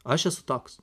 aš esu toks